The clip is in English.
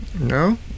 No